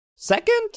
Second